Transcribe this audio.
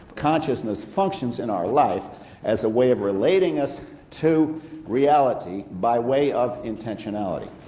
consciousness functions in our life as a way of relating us to reality by way of intentionality.